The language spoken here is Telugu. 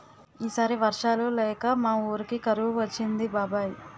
ఈ సారి వర్షాలు లేక మా వూరికి కరువు వచ్చింది బాబాయ్